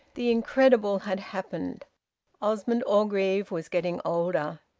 the incredible had happened osmond orgreave was getting older.